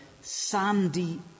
sandy